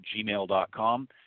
gmail.com